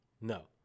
No